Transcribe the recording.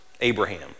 Abraham